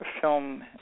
film